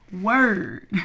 word